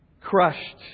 crushed